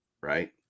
Right